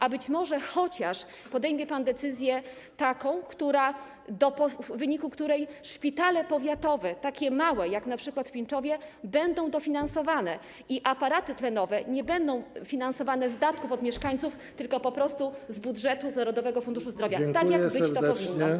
A być może chociaż podejmie pan taką decyzję, w wyniku której szpitale powiatowe, takie małe jak np. szpital w Pińczowie, będą dofinansowane i aparaty tlenowe nie będą finansowane z datków od mieszkańców, tylko po prostu z budżetu, z Narodowego Funduszu Zdrowia, tak jak być powinno.